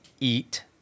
eat